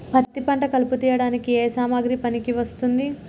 పత్తి పంట కలుపు తీయడానికి ఏ సామాగ్రి పనికి వస్తుంది?